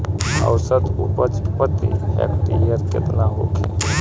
औसत उपज प्रति हेक्टेयर केतना होखे?